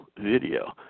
video